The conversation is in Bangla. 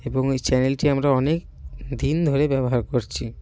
এবং এই চ্যানেলটি আমরা অনেক দিন ধরে ব্যবহার করছি